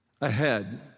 ahead